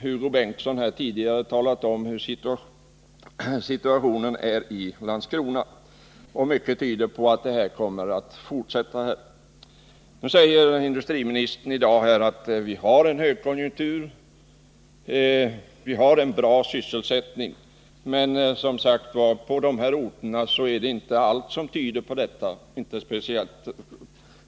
Hugo Bengtsson har tidigare talat om situationen i Landskrona. Mycket tyder på att det blir en fortsättning. Industriministern sade i dag att vi har högkonjunktur och bra sysselsättning. Men, som sagt, på varvsorterna tyder inte allt på